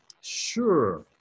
Sure